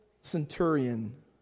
centurion